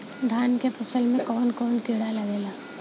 धान के फसल मे कवन कवन कीड़ा लागेला?